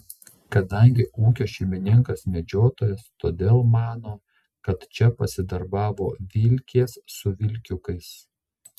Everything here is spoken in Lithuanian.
kadangi ūkio šeimininkas medžiotojas todėl mano kad čia pasidarbavo vilkės su vilkiukais